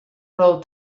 road